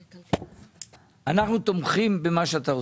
אנחנו תומכים במה שאתה עושה,